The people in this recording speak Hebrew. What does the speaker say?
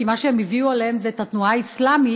כי מה שהם הביאו עליהם זה את התנועה האסלאמית,